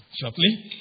shortly